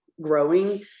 growing